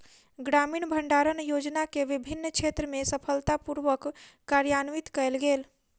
ग्रामीण भण्डारण योजना के विभिन्न क्षेत्र में सफलता पूर्वक कार्यान्वित कयल गेल